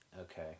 okay